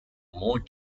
more